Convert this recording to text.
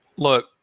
Look